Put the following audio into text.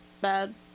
bad